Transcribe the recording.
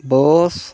ᱵᱟᱥ